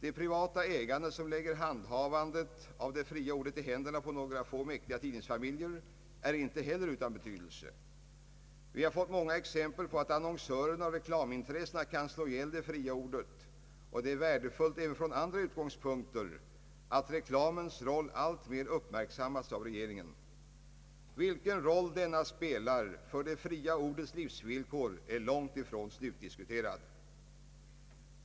Det privata ägandet som lägger handhavandet av det fria ordet i händerna på några få mäktiga tidningsfamiljer är inte heller utan betydelse. Vi har fått många exempel på att annonsörerna och reklamintressena kan slå ihjäl det fria ordet, och det är värdefullt även från andra utgångspunkter att reklamens roll alltmer uppmärksammats av regeringen. Vilken roll denna spelar för det fria ordets livsvillkor är en långtifrån slutdiskuterad fråga.